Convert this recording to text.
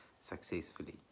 successfully